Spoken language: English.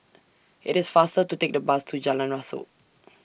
IT IS faster to Take The Bus to Jalan Rasok